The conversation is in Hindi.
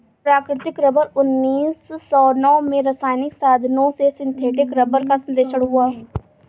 प्राकृतिक रबर उन्नीस सौ नौ में रासायनिक साधनों से सिंथेटिक रबर का संश्लेषण हुआ